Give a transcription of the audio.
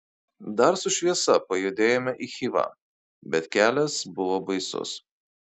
dar su šviesa pajudėjome į chivą bet kelias buvo baisus